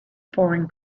foreign